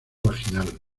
vaginal